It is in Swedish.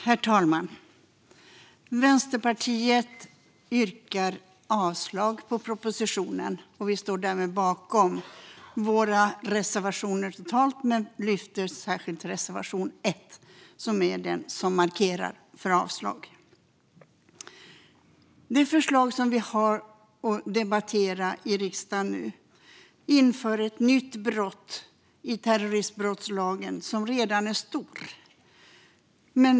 Herr talman! Vänsterpartiet yrkar avslag på propositionen och står därmed bakom våra reservationer. Jag yrkar dock bifall endast till reservation 1, som är den som markerar avslag på propositionen. Det förslag vi nu debatterar i riksdagen innebär att det införs ett nytt brott i terroristbrottslagen, som redan är omfattande.